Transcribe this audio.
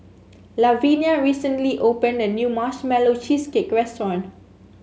Lavinia recently opened a new Marshmallow Cheesecake restaurant